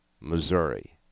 Missouri